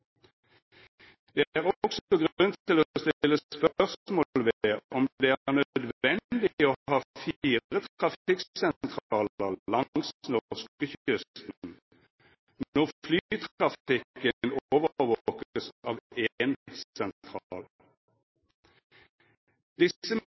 Det er også grunn til å stille spørsmål ved om det er nødvendig å ha fire trafikksentraler langs norskekysten når flytrafikken overvåkes av